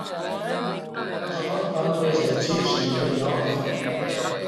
Fazant tantu ezercisi, ëmpegnandse